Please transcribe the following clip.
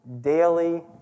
daily